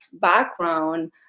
background